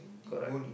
correct